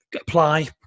apply